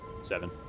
Seven